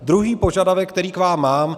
Druhý požadavek, který k vám mám.